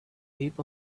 heap